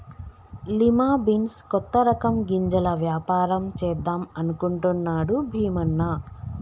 lima beans కొత్త రకం గింజల వ్యాపారం చేద్దాం అనుకుంటున్నాడు భీమన్న